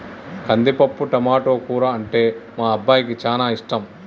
కందిపప్పు టమాటో కూర అంటే మా అబ్బాయికి చానా ఇష్టం